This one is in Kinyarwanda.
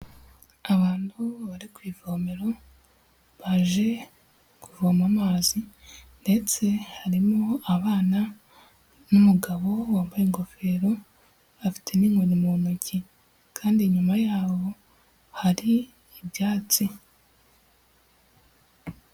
Abantu bari ku ivomero, baje kuvoma amazi ndetse harimo abana n'umugabo wambaye ingofero, afite n'inkoni mu ntoki kandi inyuma yabo, hari ibyatsi.